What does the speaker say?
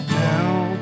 down